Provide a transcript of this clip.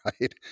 Right